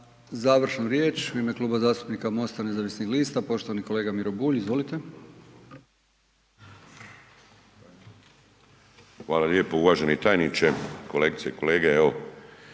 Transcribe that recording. završnu riječ. U ime Kluba zastupnika Mosta nezavisnih lista poštovani kolega Miro Bulj. Izvolite. **Bulj, Miro (MOST)** Hvala lijepo. Uvaženi tajniče, kolegice i kolege.